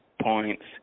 points